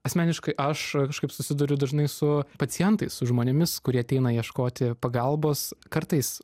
asmeniškai aš kažkaip susiduriu dažnai su pacientais su žmonėmis kurie ateina ieškoti pagalbos kartais